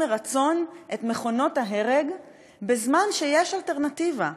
מרצון את מכונות ההרג בזמן שיש אלטרנטיבה.